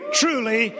truly